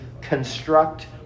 construct